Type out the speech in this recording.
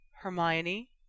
Hermione